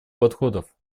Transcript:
подходов